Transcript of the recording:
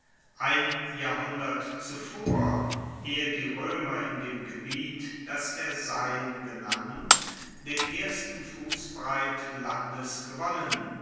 ein jahrhundert zuvor ehe die roemer in dem gebiet das er sein genannt den ersten